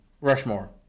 Rushmore